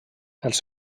els